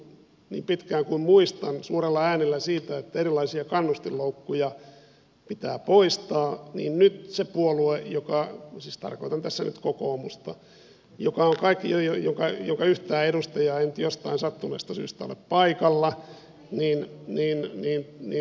kun täällä on puhuttu niin pitkään kuin muistan suurella äänellä siitä että erilaisia kannustinloukkuja pitää poistaa ja nyt sen puolueen joka on vaatinut kannustinloukkujen poistamista siis tarkoitan tässä nyt kokoomusta yhtään edustajaa ei jostain sattuneesta syystä ole paikalla nel neljä ja ne